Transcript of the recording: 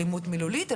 אלימות מילולית,